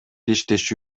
иштеши